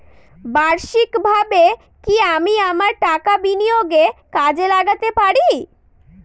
বার্ষিকভাবে কি আমি আমার টাকা বিনিয়োগে কাজে লাগাতে পারি?